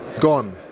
gone